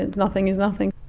and nothing is nothing.